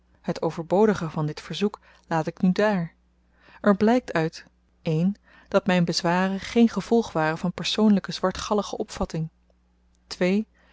het overbodige van dit verzoek laat ik nu daar er blykt uit dat myn bezwaren geen gevolg waren van persoonlyke zwartgallige opvatting